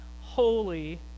holy